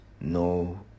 no